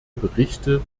berichte